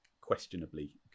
questionably